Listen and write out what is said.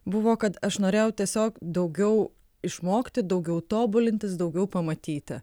buvo kad aš norėjau tiesiog daugiau išmokti daugiau tobulintis daugiau pamatyti